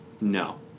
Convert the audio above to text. No